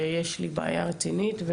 שיש לי בעיה רצינית,